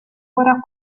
ora